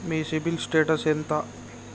మీ CIBIL status ఎంత?